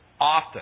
often